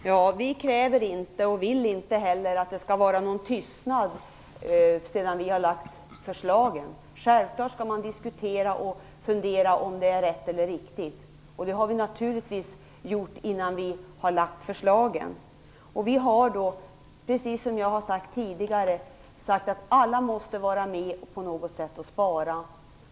Herr talman! Vi kräver inte och vill inte heller att det skall vara någon tystnad sedan vi har lagt fram förslagen. Man skall självklart diskutera och fundera om det är rätt och riktigt. Det har vi naturligtvis gjort innan vi har lagt fram förslagen. Vi har då sagt att alla måste vara med och spara på något sätt.